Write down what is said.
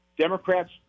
Democrats